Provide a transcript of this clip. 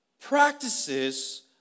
practices